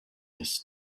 his